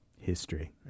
History